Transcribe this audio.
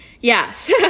Yes